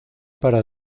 para